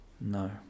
No